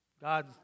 God